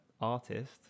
artist